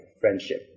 friendship